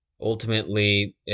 Ultimately